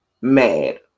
mad